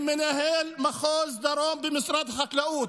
עם מנהל מחוז דרום במשרד החקלאות,